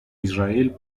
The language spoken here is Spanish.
israel